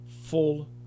full